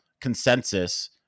consensus